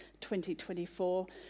2024